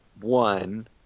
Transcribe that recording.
one